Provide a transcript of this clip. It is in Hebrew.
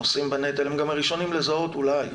שנושאים בנטל, הם גם הראשונים לזהות אולי,